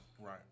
right